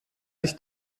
sich